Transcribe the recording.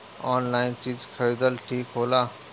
Online चीज खरीदल ठिक होला?